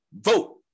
vote